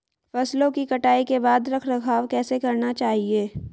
फसलों की कटाई के बाद रख रखाव कैसे करना चाहिये?